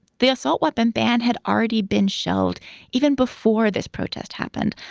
the assault weapon ban had already been shelved even before this protest happened.